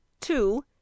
two